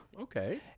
Okay